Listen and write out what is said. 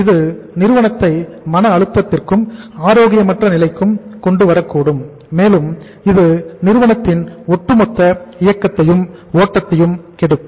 இது நிறுவனத்தை மன அழுத்தத்திற்கும் ஆரோக்கியமற்ற நிலைக்கும் கொண்டு வரக்கூடும் மேலும் இது நிறுவனத்தின் ஒட்டுமொத்த இயக்கத்தையும் ஓட்டத்தையும் கெடுக்கும்